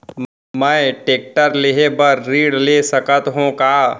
मैं टेकटर लेहे बर ऋण ले सकत हो का?